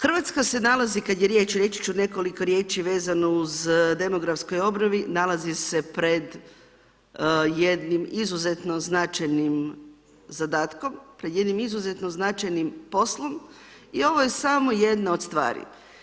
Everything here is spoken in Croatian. Hrvatska se nalazi kad je riječ, reći ću nekoliko riječi vezano uz demografsku obnovu, nalazi se pred jednim izuzetno značajnim zadatkom, pred jednim izuzetno značajnim poslom i ovo je samo jedna od stvari.